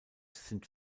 sind